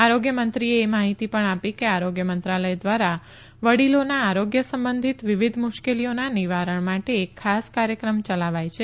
આરોગ્ય મંત્રીએ એ માહિતી પણ આપી કે આરોગ્ય મંત્રાલય ધ્વારા વડીલોના આરોગ્ય સંબંધિત વિવિધ મુશ્કેલીઓના નિવારણ માટે એક ખાસ કાર્યક્રમ ચલાવાય છે